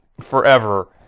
forever